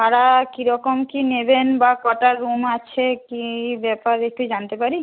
ভাড়া কী রকম কী নেবেন বা কটা রুম আছে কী ব্যাপার একটু জানতে পারি